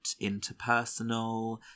interpersonal